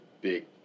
big